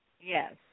Yes